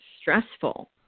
stressful